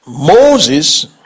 Moses